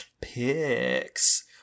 picks